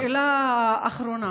השאלה האחרונה: